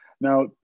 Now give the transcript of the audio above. Now